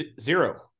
Zero